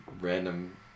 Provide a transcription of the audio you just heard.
random